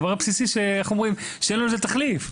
דבר בסיסי שאין לזה תחליף.